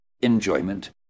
Enjoyment